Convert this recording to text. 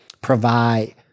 provide